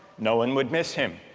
no one would miss him.